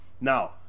Now